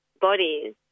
bodies